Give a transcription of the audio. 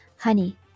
Honey